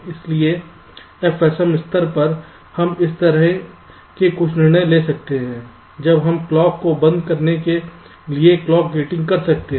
इसलिए FSM स्तर पर हम इस तरह के कुछ निर्णय ले सकते हैं जब हम क्लॉक को बंद करने के लिए क्लॉक गेटिंग कर सकते हैं